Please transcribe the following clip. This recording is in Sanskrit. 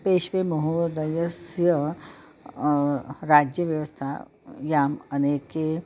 पेश्वे महोदयस्य राज्यव्यवस्थायाम् अनेके